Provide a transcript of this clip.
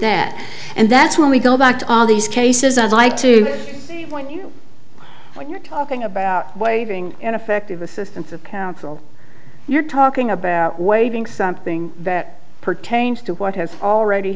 that and that's when we go back to these cases i'd like to point you when you're talking about waiving ineffective assistance of counsel you're talking about waiving something that pertains to what has already